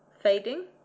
fading